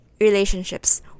relationships